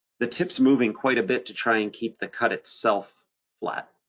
the tip's moving quite a bit to try and keep the cut itself flat.